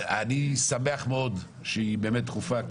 אני שמח מאוד שהיא באמת דחופה,